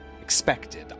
expected